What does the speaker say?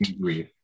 grief